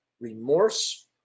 remorse